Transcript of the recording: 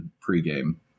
pre-game